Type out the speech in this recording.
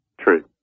True